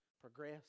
Progress